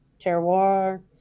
terroir